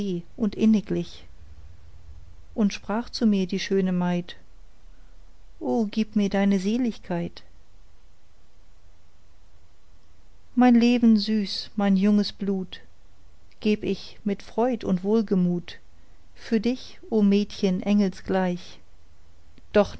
und inniglich und sprach zu mir die schöne maid o gib mir deine seligkeit mein leben süß mein junges blut gäb ich mit freud und wohlgemut für dich o mädchen engelgleich doch